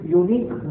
unique